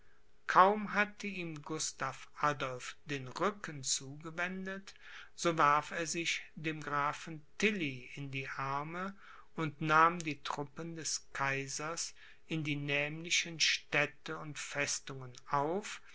kaum hatte ihm gustav adolph den rücken zugewendet so warf er sich dem grafen tilly in die arme und nahm die truppen des kaisers in die nämlichen städte und festungen auf